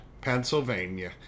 Pennsylvania